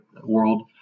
world